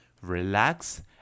Relax